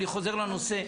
אני חוזר לנושא,